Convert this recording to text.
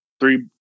Three